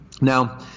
Now